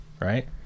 right